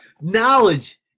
Knowledge